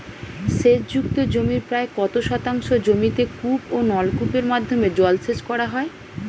সেচ যুক্ত জমির প্রায় কত শতাংশ জমিতে কূপ ও নলকূপের মাধ্যমে জলসেচ করা হয়?